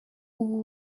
ubu